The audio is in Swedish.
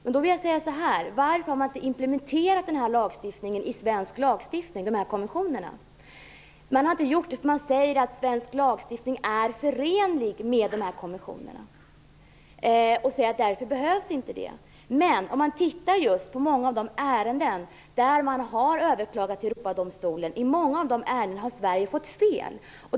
Men då vill jag säga så här: Varför har man inte implementerat de här konventionerna i svensk lagstiftning? Jo, man har inte gjort det därför att man säger att svensk lagstiftning är förenlig med konventionerna och därför behövs inte det. Men om man tittar på de ärenden som har överklagats till Europadomstolen finner man att i många av dessa har Sverige fått fel.